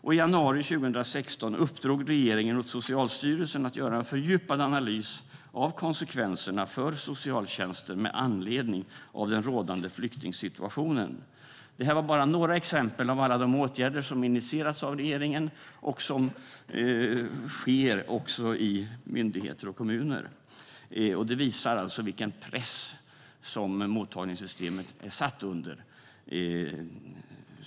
I januari 2016 uppdrog regeringen åt Socialstyrelsen att göra en fördjupad analys av konsekvenserna för socialtjänsten med anledning av den rådande flyktingsituationen. Detta var bara några exempel på alla de åtgärder som initieras av regeringen och som sker i myndigheter och kommuner. Det visar vilken press som mottagningssystemet är satt under.